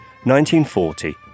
1940